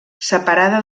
separada